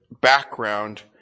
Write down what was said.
background